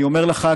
אני אומר לך,